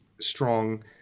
strong